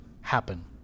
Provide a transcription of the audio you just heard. happen